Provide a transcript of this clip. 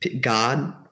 God